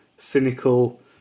cynical